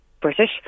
British